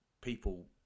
people